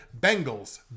Bengals